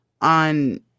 on